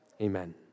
Amen